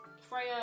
Freya